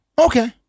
Okay